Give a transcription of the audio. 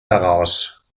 daraus